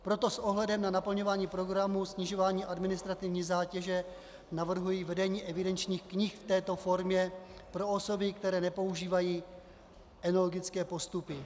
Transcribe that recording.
Proto s ohledem na naplňování programu snižování administrativní zátěže navrhuji vedení evidenčních knih v této formě pro osoby, které nepoužívají enologické postupy.